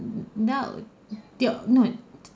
now they're not